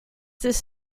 this